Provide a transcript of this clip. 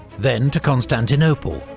then to constantinople,